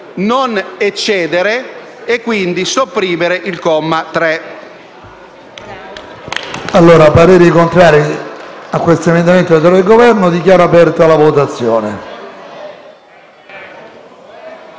non eccedere e quindi sopprimere il comma 3.